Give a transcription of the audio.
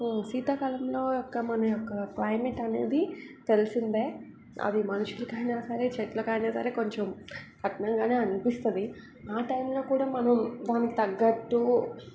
శీతాకాలంలో ఈ యొక్క మన యొక్క క్లైమెట్ అనేది తెలిసిందే అవి మనుషులకైనా సరే చెట్లకైనా సరే కొంచెం కఠినంగానే అనిపిస్తుంది ఆ టైమ్లో కూడా మనం దానికి తగ్గట్టు